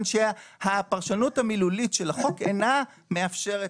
שהפרשנות המילולית של החוק אינה מאפשרת,